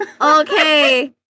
Okay